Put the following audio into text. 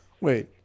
Wait